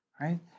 Right